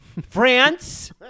France